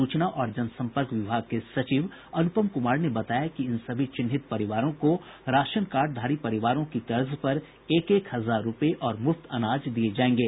सूचना और जनसंपर्क विभाग के सचिव अनुपम कुमार ने बताया कि इन सभी चिन्हित परिवारों को राशन कार्डधारी परिवारों की तर्ज पर एक एक हजार रूपये और मुफ्त अनाज दिये जायेंगे